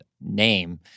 name